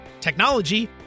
technology